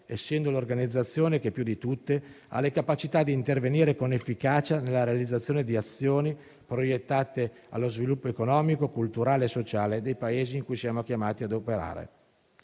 essendo l'organizzazione che più di tutte ha le capacità di intervenire con efficacia nella realizzazione di azioni proiettate allo sviluppo economico, culturale e sociale dei Paesi in cui siamo chiamati a operare.